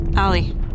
Ali